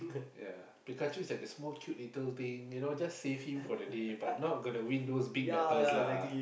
ya Pikachu is like the small cute little thing you know just save him for the day but not gonna win those big battles lah